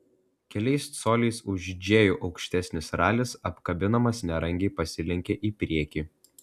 keliais coliais už džėjų aukštesnis ralis apkabinamas nerangiai pasilenkė į priekį